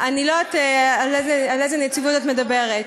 אני לא יודעת על איזה נציבות את מדברת.